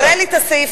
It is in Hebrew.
תראה לי את הסעיף.